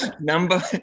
number